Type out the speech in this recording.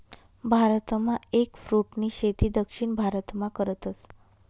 भारतमा एगफ्रूटनी शेती दक्षिण भारतमा करतस